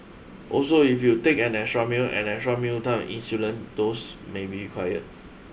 also if you take an extra meal an extra mealtime insulin dose may be required